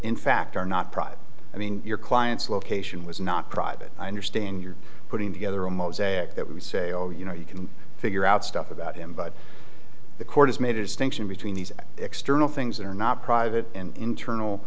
in fact are not private i mean your client's location was not private i understand you're putting together a mosaic that we say oh you know you can figure out stuff about him but the court has made a distinction between these external things that are not private and internal